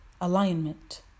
Alignment